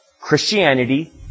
Christianity